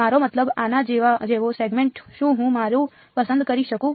મારો મતલબ આના જેવો સેગમેન્ટ શું હું મારું પસંદ કરી શકું